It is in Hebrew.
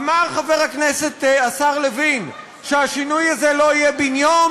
אמר חבר הכנסת השר לוין שהשינוי הזה לא יהיה בן-יום.